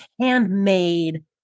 handmade